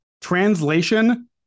Translation